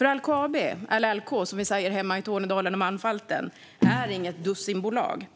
LKAB, eller LK som vi säger hemma i Tornedalen och Malmfälten, är inget dussinbolag.